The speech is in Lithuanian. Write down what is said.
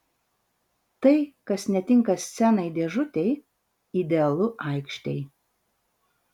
tai kas netinka scenai dėžutei idealu aikštei